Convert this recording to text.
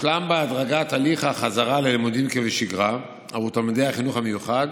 הושלם בהדרגה תהליך החזרה ללימודים כבשגרה לתלמידי החינוך המיוחד,